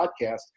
podcast